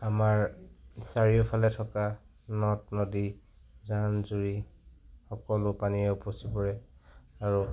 আমাৰ চাৰিওফালে থকা নদ নদী জান জুৰি সকলো পানীৰে উপচি পৰে আৰু